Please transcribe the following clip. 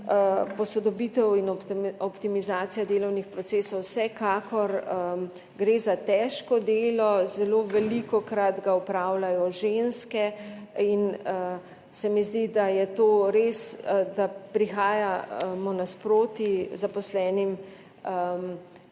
posodobitev in optimizacije delovnih procesov. Vsekakor gre za težko delo, zelo velikokrat ga opravljajo ženske in se mi zdi, da je to res, da prihajamo nasproti zaposlenim, ki